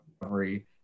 recovery